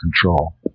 control